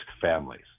families